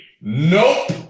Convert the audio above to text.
nope